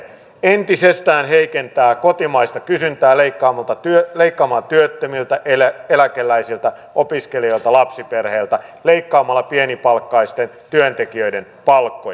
entisestään heikentää kotimaista kysyntää leikkaamalla työttömiltä eläkeläisiltä opiskelijoilta lapsiperheiltä leikkaamalla pienipalkkaisten työntekijöiden palkkoja